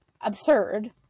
absurd